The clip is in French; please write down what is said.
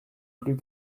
plus